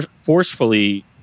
forcefully